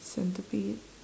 centipede